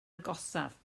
agosaf